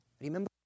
Remember